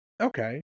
Okay